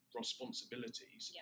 responsibilities